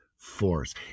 force